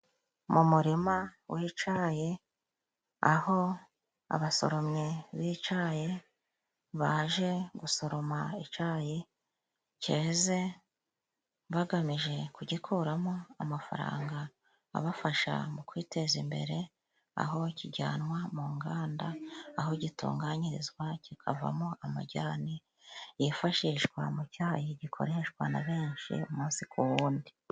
Mu murima w'icayi aho abasoromyi b'icayi baje gusoroma icayi cyeze bagamije kugikuramo amafaranga abafasha mu kwiteza imbere, aho kijyanwa mu nganda aho gitunganyirizwa kikavamo amajyane, yifashishwa mu cayi gikoreshwa na benshi munsi ku wundi.